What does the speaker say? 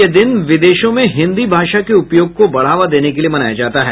यह दिन विदेशों में हिन्दी भाषा के उपयोग को बढ़ावा देने के लिए मनाया जाता है